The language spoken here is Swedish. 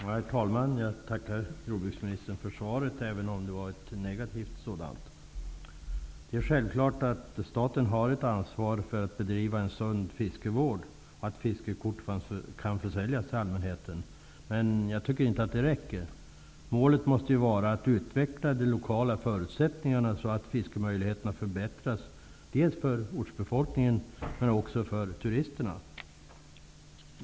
Herr talman! Jag tackar jordbruksministern för svaret, även om det var negativt. Staten har självfallet ett ansvar för att bedriva en sund fiskevård och för att fiskekort kan försäljas till allmänheten, men jag tycker inte att det räcker. Målet måste ju vara att utveckla de lokala förutsättningarna så att fiskemöjligheterna förbättras dels för ortsbefolkningen, dels för turisterna.